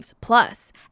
plus